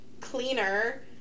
cleaner